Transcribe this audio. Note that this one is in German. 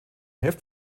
heft